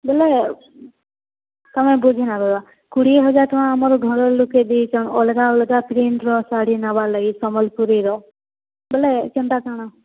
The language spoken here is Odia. ବୋଇଲେ ତମେ ବୁଝି ନାଇଁ ପାର୍ବାର୍ କୁଡ଼ିଏ ହଜାର୍ ଟଙ୍କା ଆମର୍ ଘରର୍ ଲୋକେ ଦେଇଛନ୍ ଅଲ୍ଗା ଅଲ୍ଗା ପ୍ରିଣ୍ଟ୍ର ଶାଢ଼ୀ ନେବାର୍ ଲାଗି ସମ୍ବଲପୁରୀର ବୋଇଲେ କେନ୍ତା କାଣା